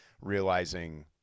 realizing